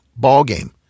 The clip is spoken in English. ballgame